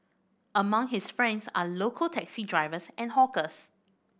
among his friends are local taxi drivers and hawkers